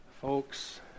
Folks